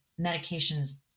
medications